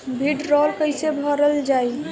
भीडरौल कैसे भरल जाइ?